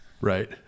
Right